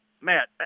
Matt